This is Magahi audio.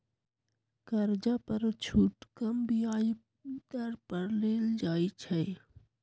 कर्जा पर छुट कम ब्याज दर पर देल जाइ छइ